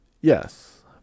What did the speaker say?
Yes